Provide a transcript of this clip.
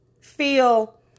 feel